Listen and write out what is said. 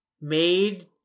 made